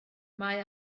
mae